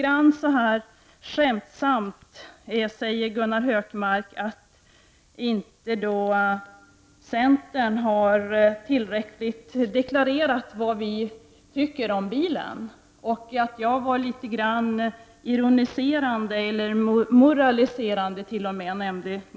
Gunnar Hökmark säger litet skämtsamt att vi från centern inte tillräckligt har deklarerat vad vi tycker om bilen och att jag var moraliserande.